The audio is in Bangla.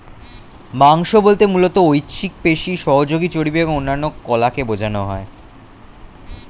মাংস বলতে মূলত ঐচ্ছিক পেশি, সহযোগী চর্বি এবং অন্যান্য কলাকে বোঝানো হয়